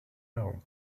known